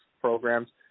programs